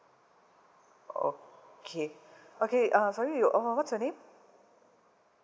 okay okay uh sorry you what's your name